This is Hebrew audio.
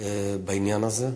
בעניין הזה.